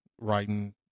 writing